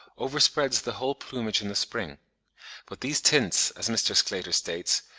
overspreads the whole plumage in the spring but these tints, as mr. sclater states,